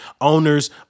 owners